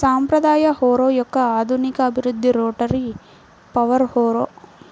సాంప్రదాయ హారో యొక్క ఆధునిక అభివృద్ధి రోటరీ పవర్ హారో